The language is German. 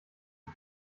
das